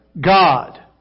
God